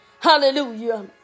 Hallelujah